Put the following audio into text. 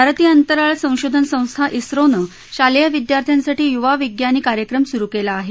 भारतीय अंतराळ संशोधन संस्था िझोनं शालेय विद्यार्थ्यांसाठी युवा विग्यानी कार्यक्रम सुरू केला आहे